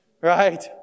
right